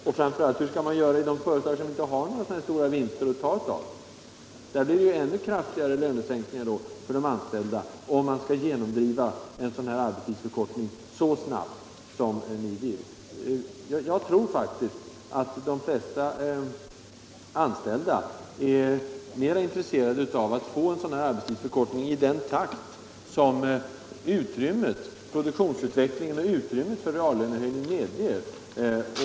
Och hur skulle man göra i de företag som inte har någon vinst att ta av? Där blev det ännu kraftigare lönesänkningar för de anställda, om man genomdrev arbetstidsförkortningarna så fort som ni vill. Jag tror faktiskt att de flesta anställda är mer intresserade av att få en arbetstidsförkortning i den takt som produktionsutvecklingen och utrymmet för reallönehöjningar medger.